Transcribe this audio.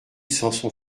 samson